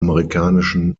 amerikanischen